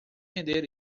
entender